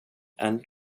and